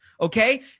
Okay